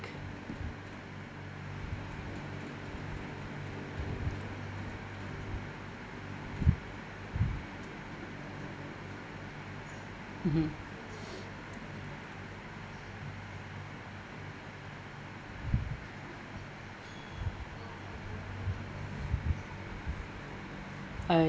mmhmm I